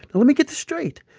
let me get this straight.